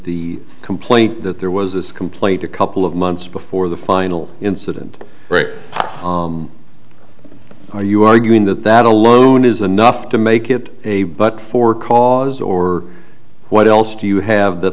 the complaint that there was this complaint a couple of months before the final incident right are you arguing that that alone is enough to make it a but for cause or what else do you have th